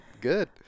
good